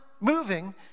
moving